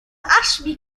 ashby